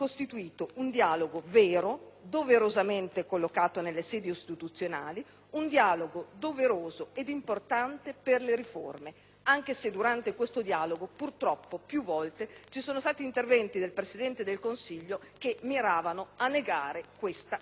doverosamente collocato nelle sedi istituzionali - e importante per le riforme, anche se durante questo dialogo, purtroppo più volte ci sono stati interventi del Presidente del Consiglio che miravano a negare e a ostacolare questa possibilità.